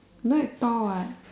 no need tall what